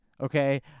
Okay